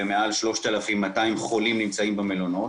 ומעל 3,200 חולים נמצאים במלונות,